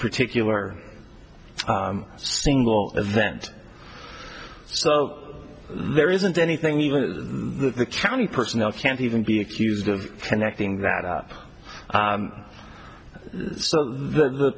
particular single event so there isn't anything even the county personnel can't even be accused of connecting that up so the